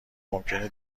ممکنه